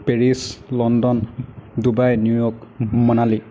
Paris London Dubai New York Manali